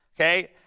Okay